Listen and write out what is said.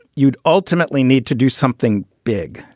you'd ultimately need to do something big.